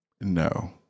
No